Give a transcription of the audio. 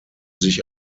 sich